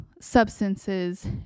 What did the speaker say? substances